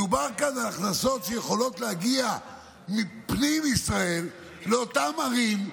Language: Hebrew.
מדובר כאן על הכנסות שיכולות להגיע מפנים ישראל לאותן ערים,